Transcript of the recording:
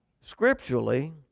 Scripturally